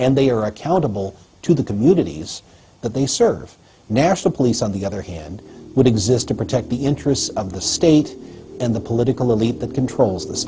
and they are accountable to the communities that they serve national police on the other hand would exist to protect the interests of the state and the political elite that controls